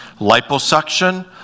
liposuction